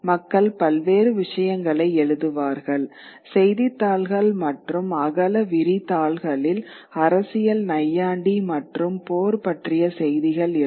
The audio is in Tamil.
மக்கள் பல்வேறு விஷயங்களை எழுதுவார்கள் செய்தித்தாள்கள் மற்றும் அகல விரிதாள்களில் அரசியல் நையாண்டி மற்றும் போர் பற்றிய செய்திகள் இருக்கும்